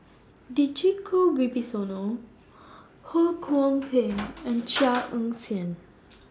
Djoko Wibisono Ho Kwon Ping and Chia Ann Siang